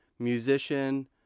musician